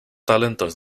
talentos